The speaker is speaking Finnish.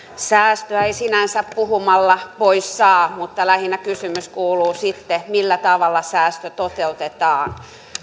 säästöä ei sinänsä puhumalla pois saa mutta lähinnä kysymys kuuluu sitten millä tavalla säästö toteutetaan